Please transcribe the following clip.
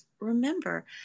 remember